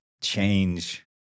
change